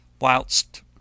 whilst